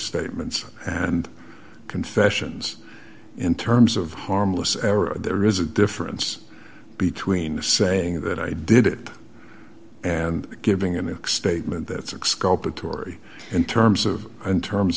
statements and confessions in terms of harmless error there is a difference between the saying that i did it and giving him a statement that's exculpatory in terms of in terms